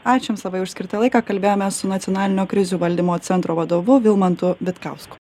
ačiū jums labai už skirtą laiką kalbėjomės su nacionalinio krizių valdymo centro vadovu vilmantu vitkausku